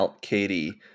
Katie